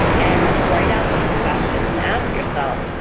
and write out these questions and ask yourself,